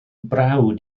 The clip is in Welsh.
brawd